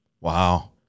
Wow